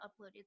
uploaded